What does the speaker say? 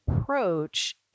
approach